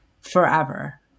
forever